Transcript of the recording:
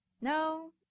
No